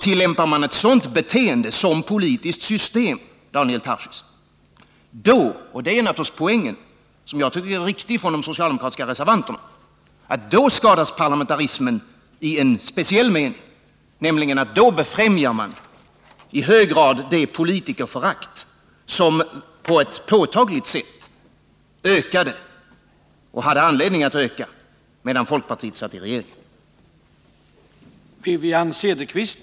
Tillämpar man, Daniel Tarschys, ett sådant politiskt system, då — och det är naturligtvis poängen i de socialdemokratiska reservationerna — skadas parlamentarismen i en speciell mening. Då befrämjas nämligen i hög grad det politikerförakt som på ett påtagligt sätt ökade och hade anledning att öka medan folkpartiet hade regeringsmakten.